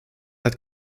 hat